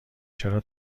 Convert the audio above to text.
چرا